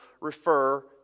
refer